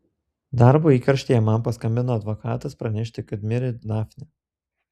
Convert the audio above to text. darbo įkarštyje man paskambino advokatas pranešti kad mirė dafnė